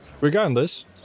regardless